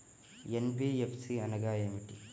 NBFC అనగా ఏమిటీ?